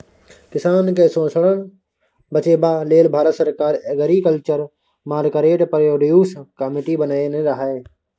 किसान केँ शोषणसँ बचेबा लेल भारत सरकार एग्रीकल्चर मार्केट प्रोड्यूस कमिटी बनेने रहय